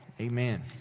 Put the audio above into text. Amen